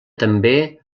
també